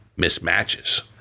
mismatches